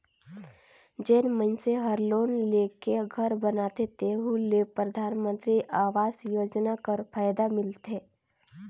जेन मइनसे हर लोन लेके घर बनाथे तेहु ल परधानमंतरी आवास योजना कर फएदा मिलथे